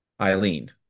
eileen